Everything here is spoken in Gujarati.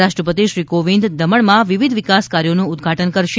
રાષ્ટ્રપતિ શ્રી કોવિંદ દમણમાં વિવિધ વિકાસકાર્યોનું ઉદ્દઘાટન કરશે